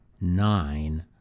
Nine